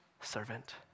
servant